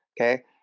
okay